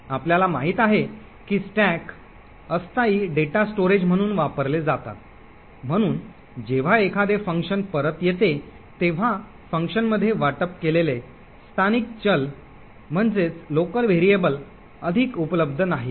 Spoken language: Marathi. आपल्याला माहित आहे की स्टॅक अस्थायी डेटा स्टोरेज म्हणून वापरले जातात म्हणून जेव्हा एखादे फंक्शन परत येते तेव्हा फंक्शनमध्ये वाटप केलेले स्थानिक चल अधिक उपलब्ध नाहीत